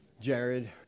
Jared